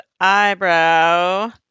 eyebrow